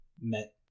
met